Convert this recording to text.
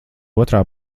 otrā